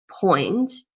point